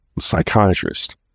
psychiatrist